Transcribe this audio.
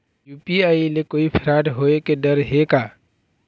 UPI ले कोई fraud होए के डर हे का?